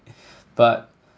but